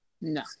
No